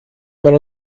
man